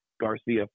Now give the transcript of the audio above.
garcia